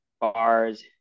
bars